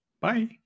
Bye